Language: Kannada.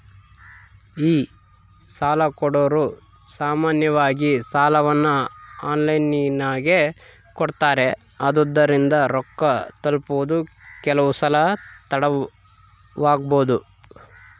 ಈ ಸಾಲಕೊಡೊರು ಸಾಮಾನ್ಯವಾಗಿ ಸಾಲವನ್ನ ಆನ್ಲೈನಿನಗೆ ಕೊಡುತ್ತಾರೆ, ಆದುದರಿಂದ ರೊಕ್ಕ ತಲುಪುವುದು ಕೆಲವುಸಲ ತಡವಾಬೊದು